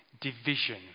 division